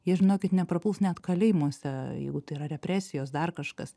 jie žinokit neprapuls net kalėjimuose jeigu tai yra represijos dar kažkas